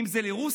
אם זה לרוסיה,